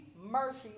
mercy